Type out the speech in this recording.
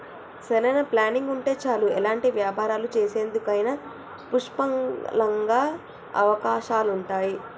సరైన ప్లానింగ్ ఉంటే చాలు ఎలాంటి వ్యాపారాలు చేసేందుకైనా పుష్కలంగా అవకాశాలుంటయ్యి